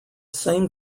same